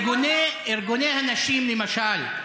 גם ארגוני הנשים, למשל,